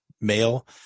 male